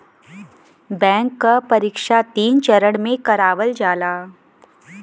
bank क परीक्षा तीन चरण में करावल जाला